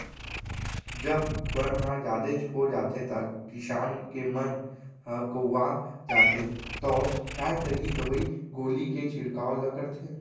जब बन ह जादेच हो जाथे त किसान के मन ह कउवा जाथे तौ काय करही दवई गोली के छिड़काव ल करथे